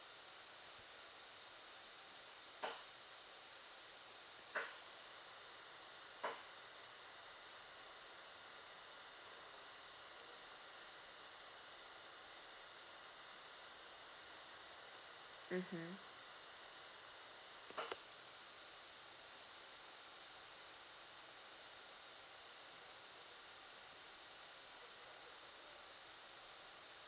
mmhmm